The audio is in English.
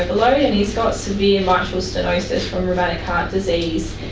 like and he's got severe mitral stenosis from rheumatic heart disease.